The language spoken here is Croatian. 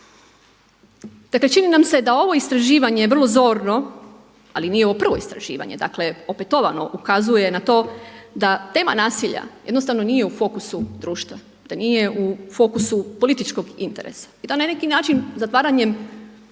Dakle, čini nam se da je ovo istraživanje vrlo zorno ali nije ovo prvo istraživanje. Dakle, opetovano ukazuje na to da tema nasilja jednostavno nije u fokusu društva, da nije u fokusu političkog interesa i da na neki način zatvaranjem